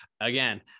again